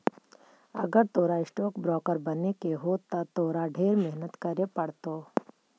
अगर तोरा stock broker बने के हो त तोरा ढेर मेहनत करे पड़तो